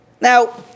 Now